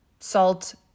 salt